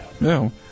No